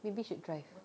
maybe should drive